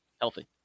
healthy